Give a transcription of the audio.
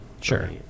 Sure